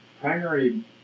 primary